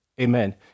amen